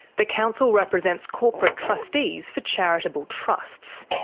the council represents corporate trustees for charitable trusts.